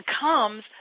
comes